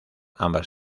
ambas